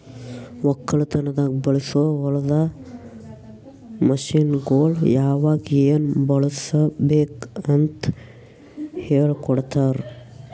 ಒಕ್ಕಲತನದಾಗ್ ಬಳಸೋ ಹೊಲದ ಮಷೀನ್ಗೊಳ್ ಯಾವಾಗ್ ಏನ್ ಬಳುಸಬೇಕ್ ಅಂತ್ ಹೇಳ್ಕೋಡ್ತಾರ್